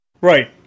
Right